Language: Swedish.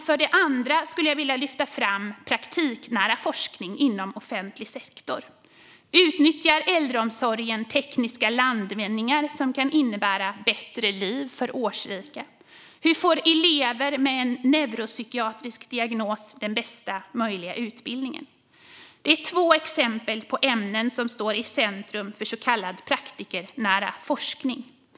För det andra skulle jag vilja lyfta fram praktiknära forskning inom offentlig sektor. Utnyttjar äldreomsorgen tekniska landvinningar som kan innebära ett bättre liv för årsrika? Hur får elever med en neuropsykiatrisk diagnos den bästa möjliga utbildningen? Det är två exempel på ämnen som står i centrum för så kallad praktiknära forskning.